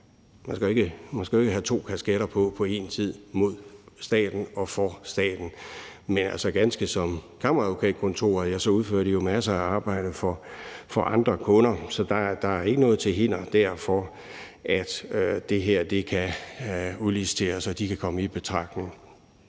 på samme tid have to kasketter på: mod staten og for staten. Men ganske som kammeradvokatkontoret udfører de jo masser af arbejde for andre kunder, så der er ikke noget til hinder for, at det her kan udliciteres og de kan komme i betragtning.